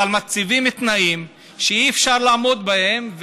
אבל מציבים תנאים שאי-אפשר לעמוד בהם,